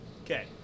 Okay